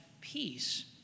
peace